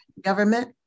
government